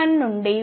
1 నుండి 0